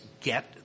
get